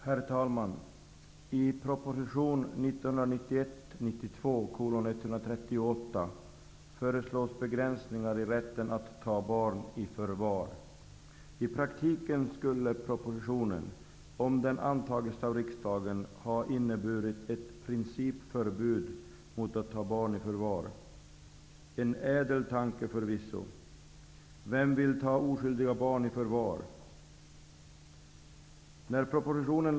Herr talman! I proposition 1991/92:138 föreslås begränsningar i rätten att ta barn i förvar. I praktiken skulle propositionen, om den antas av riksdagen, innebära ett principförbud mot att ta barn i förvar. En ädel tanke, förvisso. Vem vill ta oskyldiga barn i förvar?